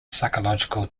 psychological